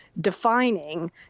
defining